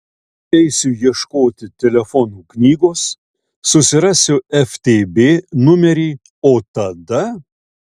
eisiu ieškoti telefonų knygos susirasiu ftb numerį o tada